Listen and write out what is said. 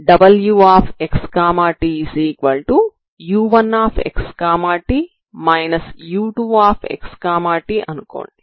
wxtu1xt u2xt అనుకోండి